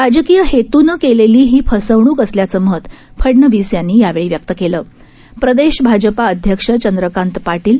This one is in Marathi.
राजकीय हेतूनंकेलेली ही फसवणूक असल्याचंमत फडणवीस यांनी यावेळी व्यक्त केप्रदेश भाजपा अध्यक्ष चंद्रकांत पाटील